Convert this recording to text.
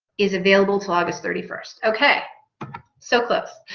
is available till august thirty first. ok so close